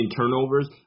turnovers